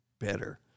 better